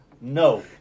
No